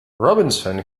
robinson